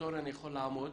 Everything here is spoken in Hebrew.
התורן יכול לעמוד